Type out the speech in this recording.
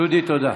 דודי, תודה.